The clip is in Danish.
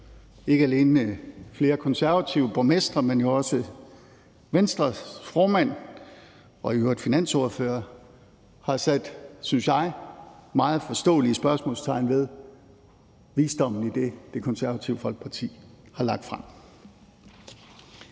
ikke alene flere konservative borgmestre, men jo også Venstres formand og i øvrigt også finansordfører har sat, synes jeg, meget forståelige spørgsmålstegn ved visdommen i det, Det Konservative Folkeparti har lagt frem.